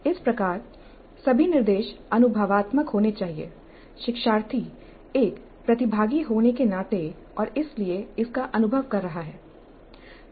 इस प्रकार सभी निर्देश अनुभवात्मक होने चाहिए शिक्षार्थी एक प्रतिभागी होने के नाते और इसलिए इसका अनुभव कर रहा है